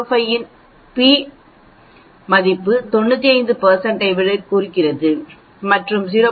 05 இன் p 95 ஐ குறிக்கிறது மற்றும் 0